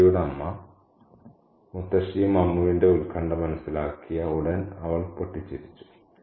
കുട്ടിയുടെ അമ്മ മുത്തശ്ശിയും അമ്മുവിന്റെ ഉത്കണ്ഠ മനസ്സിലാക്കിയ ഉടൻ അവൾ പൊട്ടിച്ചിരിച്ചു